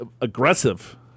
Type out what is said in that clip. aggressive